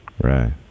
Right